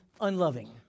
unloving